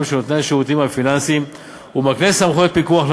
של נותני השירותים הפיננסיים ומקנה סמכויות פיקוח.